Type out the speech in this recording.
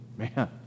Man